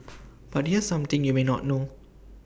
but here's something you may not know